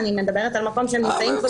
אני מדברת על כך שהם נמצאים שם.